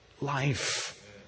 life